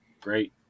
great